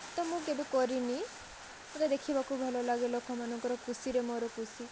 ତ ମୁଁ କେବେ କରିନି ମତେ ଦେଖିବାକୁ ଭଲ ଲାଗେ ଲୋକମାନଙ୍କର ଖୁସିରେ ମୋର ଖୁସି